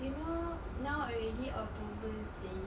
you know now already october seh